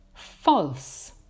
False